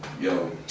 Yo